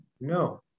no